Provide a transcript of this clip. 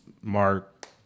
Mark